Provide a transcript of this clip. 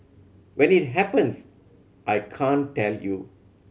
when it happens I can't tell you